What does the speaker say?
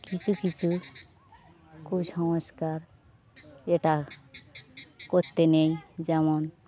কিছু কিছু কুসংস্কার এটা করতে নেই যেমন